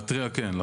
להתריע, כן.